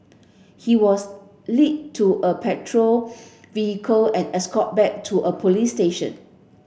he was led to a patrol vehicle and escorted back to a police station